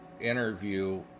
interview